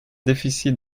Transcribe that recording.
déficit